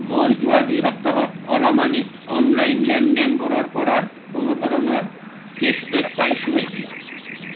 মই যোৱা দুই সপ্তাহত অ'লা মানিত অনলাইন লেনদেনবোৰৰ পৰা কোনো ধৰণৰ কেশ্ব বেক পাইছোঁ নেকি